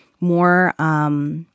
more